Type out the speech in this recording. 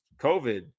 COVID